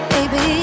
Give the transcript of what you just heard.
Baby